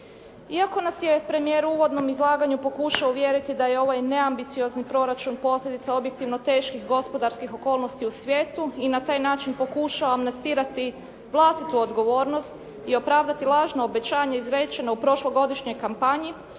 Iako nas je premijer u uvodnom izlaganju pokušao uvjeriti da je ovaj neambiciozni proračun posljedica objektivno teških gospodarskih okolnosti u svijetu i na taj način pokušava amnestirati vlastitu odgovornost i opravdati lažno obećanje izrečeno u prošlogodišnjoj kampanji